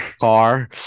car